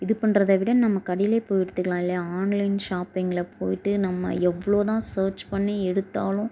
இது பண்ணுறத விட நம்ம கடையிலேயே போய் எடுத்துக்கலாம் இல்லையா ஆன்லைன் ஷாப்பிங்கில் போய்ட்டு நம்ம எவ்வளோ தான் சர்ச் பண்ணி எடுத்தாலும்